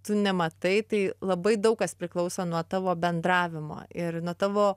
tu nematai tai labai daug kas priklauso nuo tavo bendravimo ir nuo tavo